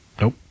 Nope